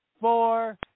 four